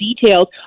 details